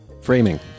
Framing